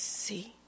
see